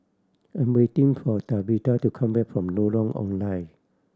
I'm waiting for Tabitha to come back from Lorong Ong Lye